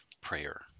prayer